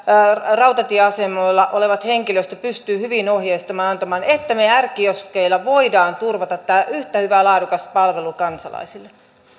rautatieasemilla oleva henkilöstö pystyy ohjeistamaan ja antamaan jotta me r kioskeilla voimme turvata tämän yhtä hyvän laadukkaan palvelun kansalaisille